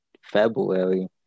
february